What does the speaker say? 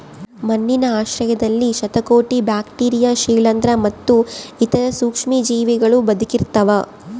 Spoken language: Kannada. ಮಣ್ಣಿನ ಆಶ್ರಯದಲ್ಲಿ ಶತಕೋಟಿ ಬ್ಯಾಕ್ಟೀರಿಯಾ ಶಿಲೀಂಧ್ರ ಮತ್ತು ಇತರ ಸೂಕ್ಷ್ಮಜೀವಿಗಳೂ ಬದುಕಿರ್ತವ